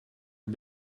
are